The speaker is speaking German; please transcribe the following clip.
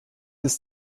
ist